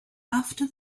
after